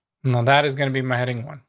no, that is gonna be my heading one.